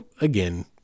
again